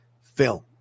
film